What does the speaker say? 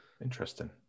Interesting